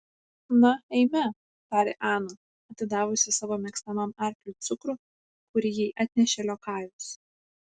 na eime tarė ana atidavusi savo mėgstamam arkliui cukrų kurį jai atnešė liokajus